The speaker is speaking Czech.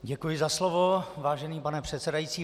Děkuji za slovo, vážený pane předsedající.